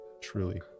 truly